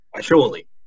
surely